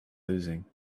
losing